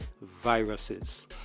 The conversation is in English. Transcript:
viruses